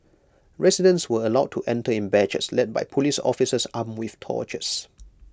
residents were allowed to enter in batches led by Police officers armed with torches